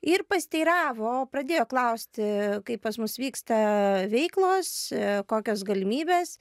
ir pasiteiravo pradėjo klausti kaip pas mus vyksta veiklos kokios galimybės